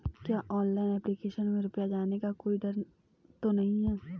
क्या online application में रुपया जाने का कोई डर तो नही है?